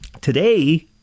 Today